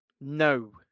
No